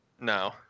No